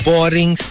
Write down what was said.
Boring